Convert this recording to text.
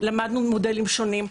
למדנו מודלים שונים.